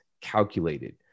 calculated